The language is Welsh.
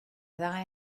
ddau